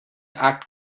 act